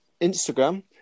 Instagram